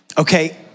Okay